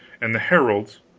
and the heralds,